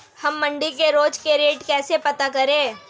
हम मंडी के रोज के रेट कैसे पता करें?